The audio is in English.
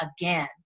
again